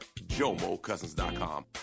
JomoCousins.com